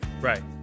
right